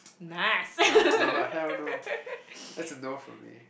nice